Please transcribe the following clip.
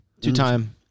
Two-time